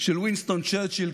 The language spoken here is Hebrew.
של וינסטון צ'רצ'יל,